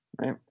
right